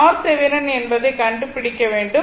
RThevenin என்பதை கண்டுபிடிக்க வேண்டும்